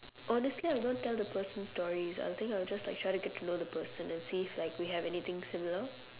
honestly I will not tell the person stories I'll think I'll just like try to get to know the person and see if like we have anything similar